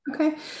Okay